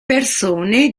persone